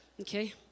Okay